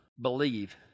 Believe